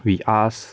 we ask